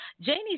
Janie